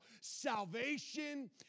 salvation